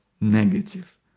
Negative